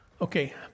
okay